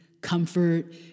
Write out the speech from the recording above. comfort